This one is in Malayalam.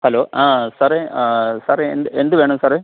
ഹലോ ആ സാറെ സാറേ എന്ത് എന്ത് വേണം സാറെ